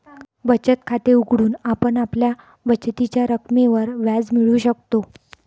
बचत खाते उघडून आपण आपल्या बचतीच्या रकमेवर व्याज मिळवू शकतो